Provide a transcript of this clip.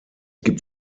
gibt